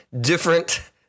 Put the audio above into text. different